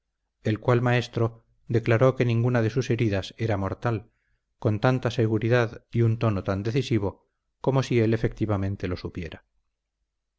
el cual maestro declaró que ninguna de sus heridas era mortal con tanta seguridad y un tono tan decisivo como si él efectivamente lo supiera